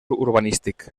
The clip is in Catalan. urbanístic